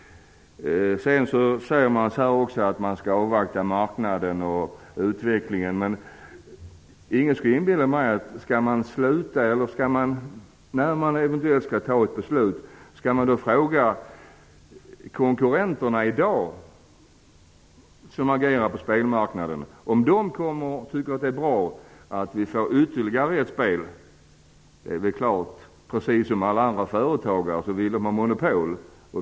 Det sägs att vi skall avvakta marknaden och utvecklingen. När sedan ett beslut eventuellt skall fattas, skall vi då fråga dem som i dag agerar på spelmarknaden om de tycker att det är bra att vi får ytterligare ett spel? Det är klart att de, precis som alla andra företagare, vill ha monopol.